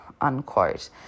unquote